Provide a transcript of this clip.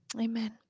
Amen